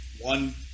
one